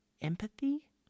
empathy